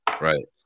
Right